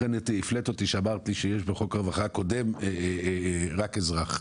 לכן הפלאת אותי שאמרת לי שיש בחוק הרווחה הקודם רק אזרח.